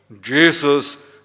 Jesus